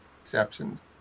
exceptions